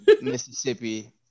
Mississippi